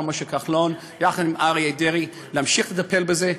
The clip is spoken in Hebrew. משה כחלון יחד עם אריה דרעי להמשיך לטפל בזה,